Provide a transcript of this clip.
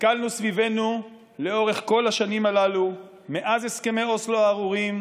הסתכלנו סביבנו לאורך כל השנים הללו מאז הסכמי אוסלו הארורים,